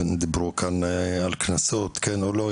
דיברו כאן על קנסות כן או לא,